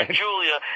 julia